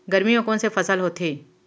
गरमी मा कोन से फसल होथे?